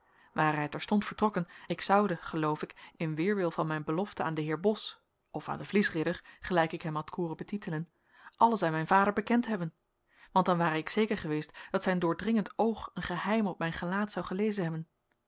ware hij terstond vertrokken ik zoude geloof ik in weerwil van mijn beloften aan den heer bos of aan den vliesridder gelijk ik hem had hooren betitelen alles aan mijn vader bekend hebben want dan ware ik zeker geweest dat zijn doordringend oog een geheim op mijn gelaat zou gelezen hebben